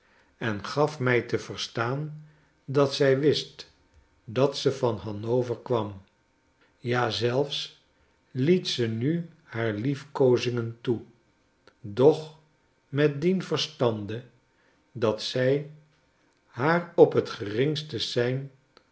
en gaf mij te verstaan dat zij wist dat ze van hanover kwam ja zelfs liet ze nu haar liefkoozingen toe doch met dien verstande dat zij haar op t geringste sein